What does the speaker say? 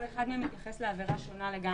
כל אחד מהם מתייחס לעבירה שונה לגמרי.